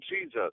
Jesus